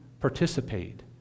participate